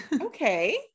okay